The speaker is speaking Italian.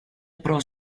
pro